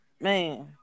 man